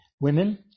women